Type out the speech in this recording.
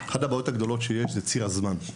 אחת הבעיות הגדולות ביותר שיש היא ציר הזמן.